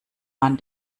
man